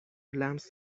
لمس